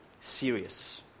serious